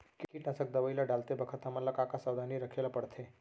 कीटनाशक दवई ल डालते बखत हमन ल का का सावधानी रखें ल पड़थे?